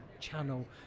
channel